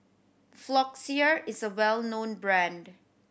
Floxia is a well known brand